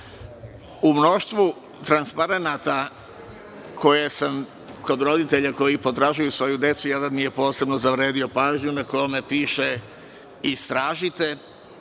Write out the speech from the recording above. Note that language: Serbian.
mnoštvu transparenata koje sam kod roditelja koji potražuju svoju decu, jedan mi je posebno zavredeo pažnju na kome piše – istražite,